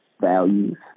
values